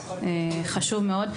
חשוב מאוד.